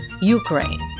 Ukraine